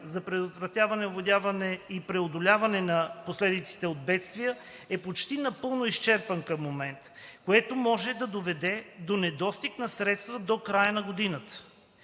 за предотвратяване, овладяване и преодоляване на последиците от бедствия е почти напълно изчерпан към момента, което може да доведе до недостиг на средства до края на годината.